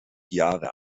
jahre